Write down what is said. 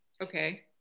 Okay